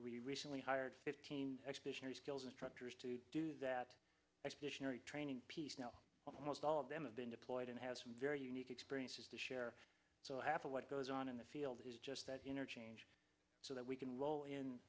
recently hired fifteen expeditionary skills instructors to do that training piece now almost all of them have been deployed and have some very unique experiences to share so half of what goes on in the field is just that interchange so that we can roll in